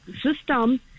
system